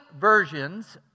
versions